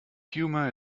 humour